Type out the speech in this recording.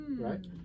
right